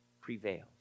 prevails